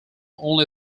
only